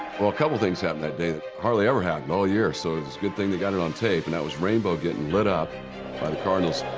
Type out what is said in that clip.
well, a couple things happened that day that hardly ever happened all year, so it's a good thing they got it on tape. and that was rainbow getting lit up by the cardinals.